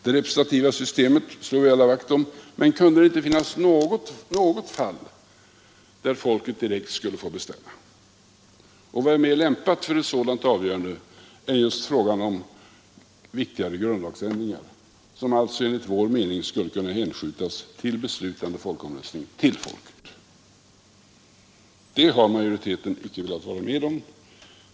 Det representativa systemet slår vi alla vakt om, men kunde det inte finnas något fall där folket direkt skulle få bestämma? Och vad är mer lämpat för ett sådant avgörande än just frågor om viktigare grundlagsändringar, som alltså enligt vår mening skulle kunna hänskjutas till folket, till beslutande folkomröstning? Det har majoriteten icke velat vara med om.